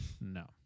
No